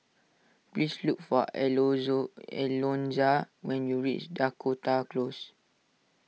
please look for Alonza when you reach Dakota Close